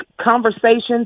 conversations